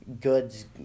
goods